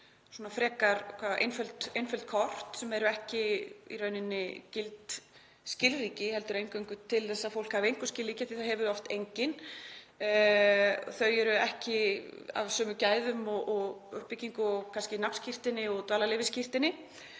frekar einföld kort sem eru ekki í rauninni gild skilríki heldur eingöngu til þess að fólk hafi einhver skilríki því það hefur oft engin. Þau eru ekki af sömu gæðum og uppbyggingu og kannski nafnskírteini og dvalarleyfisskírteini.